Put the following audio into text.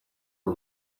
and